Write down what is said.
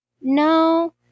No